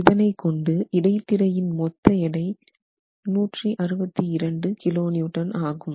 இதனை கொண்டு இடைத்திரையின் மொத்த எடை 162 kN ஆகும்